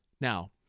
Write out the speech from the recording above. Now